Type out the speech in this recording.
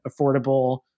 affordable